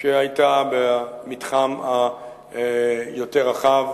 שהיתה במתחם היותר רחב.